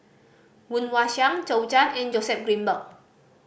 Woon Wah Siang Zhou Can and Joseph Grimberg